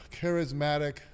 charismatic